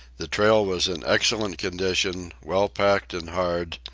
the trail was in excellent condition, well packed and hard,